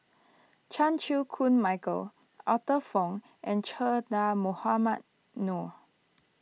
Chan Chew Koon Michael Arthur Fong and Che Dah Mohamed Noor